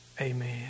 Amen